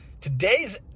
Today's